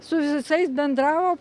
su visais bendravo